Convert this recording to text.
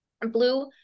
blue